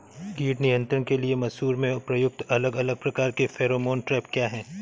कीट नियंत्रण के लिए मसूर में प्रयुक्त अलग अलग प्रकार के फेरोमोन ट्रैप क्या है?